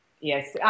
Yes